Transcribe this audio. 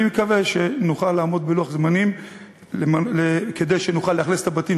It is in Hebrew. אני מקווה שנוכל לעמוד בלוח זמנים כדי שנוכל לאכלס את הבתים.